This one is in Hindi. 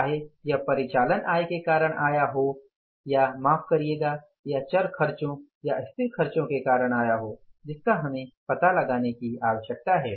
चाहे यह परिचालन आय के कारण आया हो या माफ़ करियेगा यह चर खर्चों या स्थिर खर्चों के कारण आया हो जिसका हमें पता लगाने की आवश्यकता है